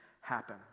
happen